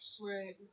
right